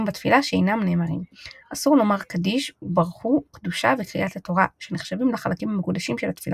התפילה בו היוותה תחליף לעבודת הקורבנות בבית המקדש.